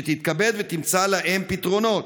שתתכבד ותמצא להם פתרונות.